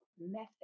method